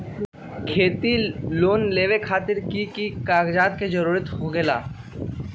खेती लोन लेबे खातिर की की कागजात के जरूरत होला?